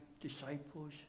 disciples